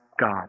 God